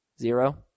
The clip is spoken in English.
Zero